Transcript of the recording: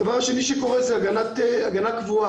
הדבר השני שקורה זה הגנה קבועה.